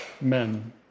men